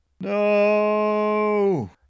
No